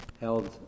held